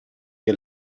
che